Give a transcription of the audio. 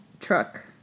truck